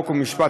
חוק ומשפט,